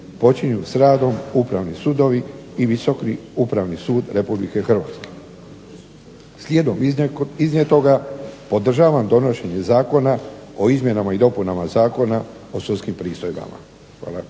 počinju s radom upravni sudovi i Visoki upravni sud Republike Hrvatske. Slijedom iznijetoga podržavam donošenje Zakona o izmjenama i dopunama Zakona o sudskim pristojbama.